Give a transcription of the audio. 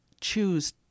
choose